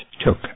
took